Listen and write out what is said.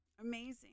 amazing